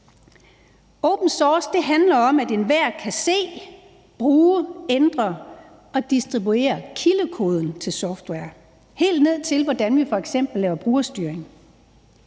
Open source handler om, at enhver kan se, bruge, ændre og distribuere kildekoden til software, helt ned til, hvordan vi f.eks. laver brugerstyring,